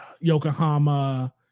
Yokohama